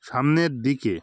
সামনের দিকে